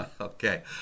Okay